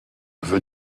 veux